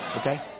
Okay